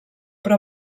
però